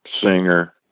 singer